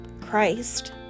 Christ